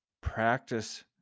practice